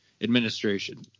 administration